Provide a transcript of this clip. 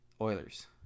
Oilers